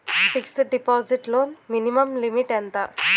Fixed deposit లో minimum limit ఎంత?